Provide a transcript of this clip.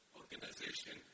organization